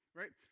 right